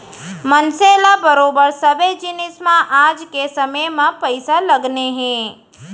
मनसे ल बरोबर सबे जिनिस म आज के समे म पइसा लगने हे